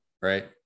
right